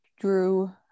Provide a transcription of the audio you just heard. drew